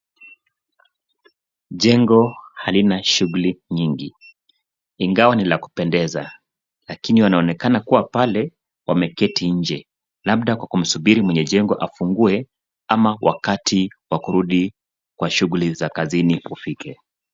Jengo hilo halina shughuli nyingi. Ingawa ni la kupendeza, kuna watu wanaoonekana wameketi nje, labda wakingoja lifunguliwe au wakisubiri muda wa kurejea kwa shughuli zao za kazi.